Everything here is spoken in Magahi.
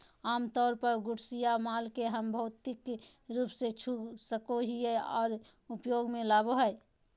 आमतौर पर गुड्स या माल के हम भौतिक रूप से छू सको हियै आर उपयोग मे लाबो हय